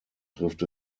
trifft